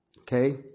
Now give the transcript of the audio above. Okay